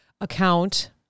account